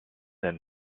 and